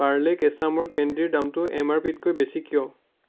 পাৰ্লে কেঁচা আমৰ কেণ্ডিৰ দামটো এম আৰ পিতকৈ বেছি কিয়